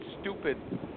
stupid